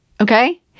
okay